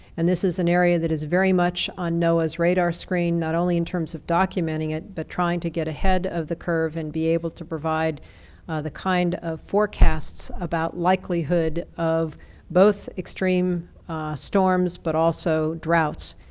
and this is an area that is very much on noaa's radar screen not only in terms of documenting it but trying to get ahead of the curve and be able to provide the kind of forecasts about likelihood of both extreme storms but also droughts.